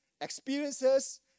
experiences